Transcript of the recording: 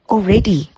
Already